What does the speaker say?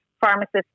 pharmacists